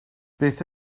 beth